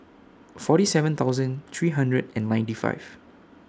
forty seven thousand three hundred and ninety five